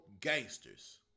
gangsters